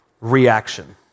reaction